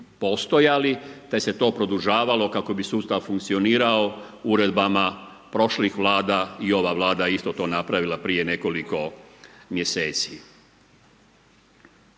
postojali, te se je to produžavalo kako bi sustav funkcionirao uredbama prošlih vlada i ova vlada je isto to napravila prije nekoliko mjeseci.